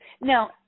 Now